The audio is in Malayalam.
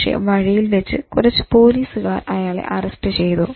പക്ഷെ വഴിയിൽ വച്ച് കുറച്ച് പോലീസുകാർ അയാളെ അറസ്റ്റ് ചെയ്തു